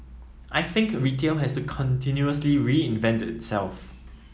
I think retail has to continuously reinvent itself